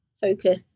focus